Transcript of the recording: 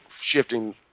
shifting